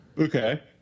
Okay